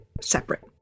separate